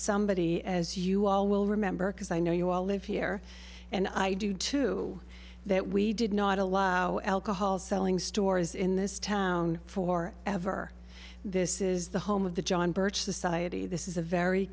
somebody as you all will remember because i know you all live here and i do too that we did not allow alcohol selling stores in this town for ever this is the home of the john birch society this is a very